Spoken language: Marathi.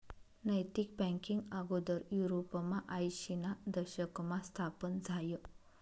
नैतिक बँकींग आगोदर युरोपमा आयशीना दशकमा स्थापन झायं